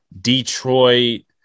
Detroit